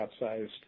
outsized